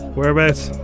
Whereabouts